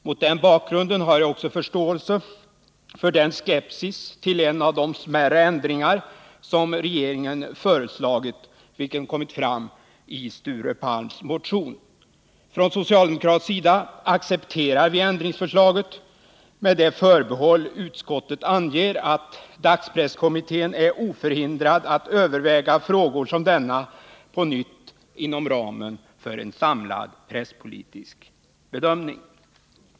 Mot den bakgrunden har jag också förståelse för den skepsis mot en av de smärre ändringar som regeringen har föreslagit vilken kommit fram i Sture Palms motion. Från socialdemokratisk sida accepterar vi ändringsförslaget med det förbehåll som utskottet anger, nämligen att dagspresskommittén är oförhindrad att på nytt överväga frågor som denna inom ramen för en samlad presspolitisk bedömning.